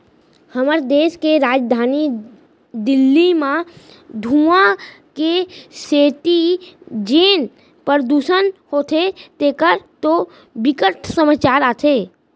हमर देस के राजधानी दिल्ली म धुंआ के सेती जेन परदूसन होथे तेखर तो बिकट समाचार आथे